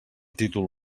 títol